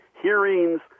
hearings